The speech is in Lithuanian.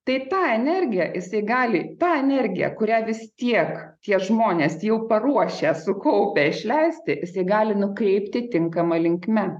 tai ta energija jisai gali tą energiją kurią vis tiek tie žmonės jau paruošę sukaupę išleisti jisai gali nukreipti tinkama linkme